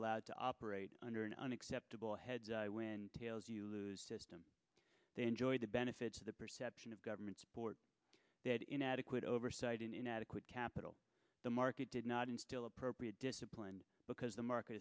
allowed to operate under an unacceptable heads i win tails you lose system they enjoy the benefits of the government support that inadequate oversight in inadequate capital the market did not instill appropriate discipline because the market